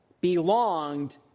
belonged